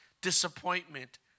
disappointment